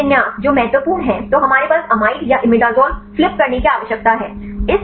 तो यह अभिविन्यास जो महत्वपूर्ण है तो हमारे पास एमाइड या इमिडाज़ोल फ्लिप करने की आवश्यकता है